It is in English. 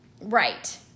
Right